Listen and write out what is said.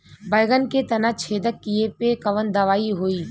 बैगन के तना छेदक कियेपे कवन दवाई होई?